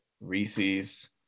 Reese's